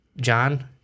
John